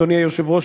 אדוני היושב-ראש,